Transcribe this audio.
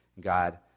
God